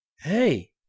Hey